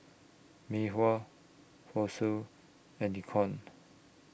Mei Hua Fossil and Nikon